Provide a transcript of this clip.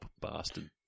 bastard